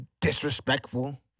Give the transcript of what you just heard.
disrespectful